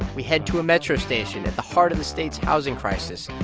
we head to a metro station at the heart of the state's housing crisis.